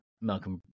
Malcolm